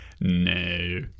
No